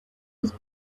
his